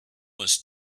was